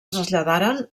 traslladaren